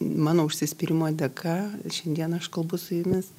mano užsispyrimo dėka šiandien aš kalbu su jumis